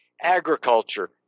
Agriculture